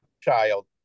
child